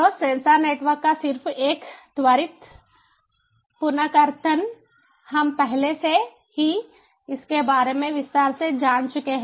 तो sensor network का सिर्फ एक त्वरित पुनर्कथन हम पहले ही इसके बारे में विस्तार से जान चुके हैं